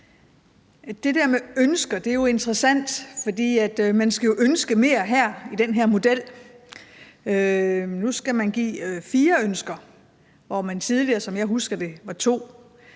Det der med ønsker er interessant, for man skal jo ønske mere i den her model. Nu skal man afgive fire ønsker, hvor det tidligere, som jeg husker det, var to.